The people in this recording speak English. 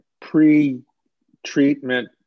pre-treatment